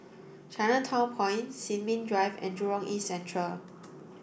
Chinatown Point Sin Ming Drive and Jurong East Central